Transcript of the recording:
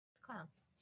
Clowns